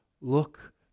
Look